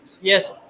Yes